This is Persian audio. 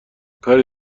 کاری